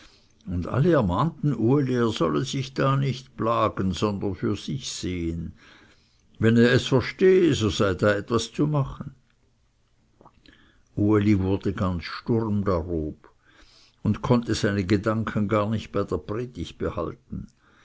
und alle ermahnten ihn er solle sich da nicht plagen sondern für sich sehen wenn er es verstehe so sei da etwas zu machen uli wurde ganz sturm darob und konnte seine gedanken gar nicht bei der predigt behalten